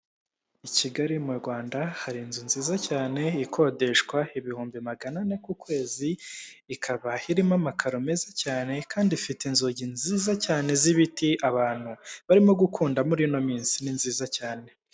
I Kigali mu Rwanda hari inzu nziza cyane ikodeshwa ibihumbi maganane ku kwezi, ikaba irimo amakaro meza cyane kandi ifite inzugi nziza cyane z'ibiti abantu barimo gukunda muri ino minsi ni nziza cyane.